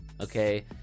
Okay